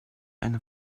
eine